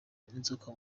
inzoka